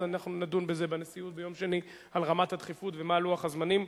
אז אנחנו נדון בנשיאות ביום שני על רמת הדחיפות ומה לוח הזמנים.